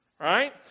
Right